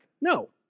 No